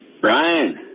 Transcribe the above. Brian